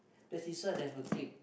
does this one have a click